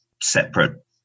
separate